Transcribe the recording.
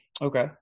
Okay